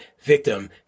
victim